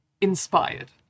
inspired